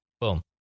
Boom